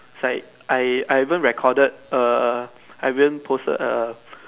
like I I even recorded err I even posted err